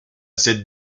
cette